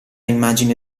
immagine